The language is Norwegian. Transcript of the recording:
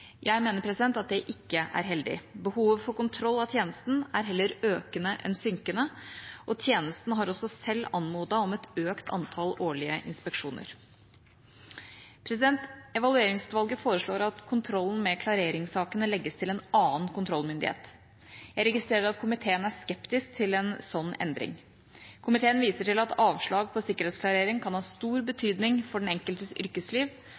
Jeg mener at det ikke er heldig. Behovet for kontroll av tjenesten er heller økende enn synkende, og tjenesten har også selv anmodet om et økt antall årlige inspeksjoner. Evalueringsutvalget foreslår at kontrollen med klareringssakene legges til en annen kontrollmyndighet. Jeg registrerer at komiteen er skeptisk til en slik endring. Komiteen viser til at avslag på sikkerhetsklarering kan ha stor betydning for den enkeltes yrkesliv,